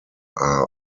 are